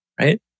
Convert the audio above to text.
right